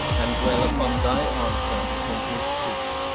and dwell upon thy answer in his suit.